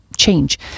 change